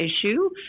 issue